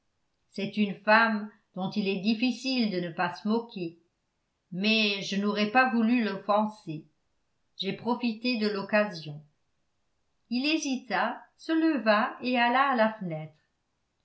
c'est une femme dont il est difficile de ne pas se moquer mais je n'aurais pas voulu l'offenser j'ai profité de l'occasion il hésita se leva et alla à la fenêtre